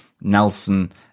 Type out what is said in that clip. nelson